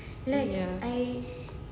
ya